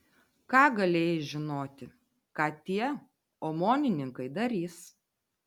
ką galėjai žinoti ką tie omonininkai darys